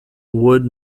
wood